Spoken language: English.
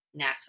NASA